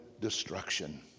destruction